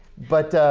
but ah,